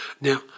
Now